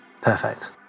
Perfect